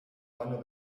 vanno